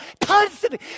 constantly